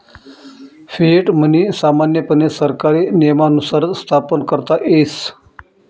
fiat money सामान्यपणे सरकारी नियमानुसारच स्थापन करता येस